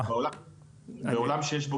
אנחנו שמים יותר --- תודה,